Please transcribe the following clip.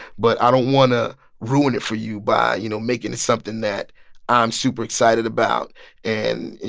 but i don't want to ruin it for you by, you know, making it something that i'm super excited about and, you